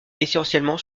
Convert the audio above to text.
essentiellement